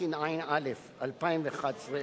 התשע"א 2011,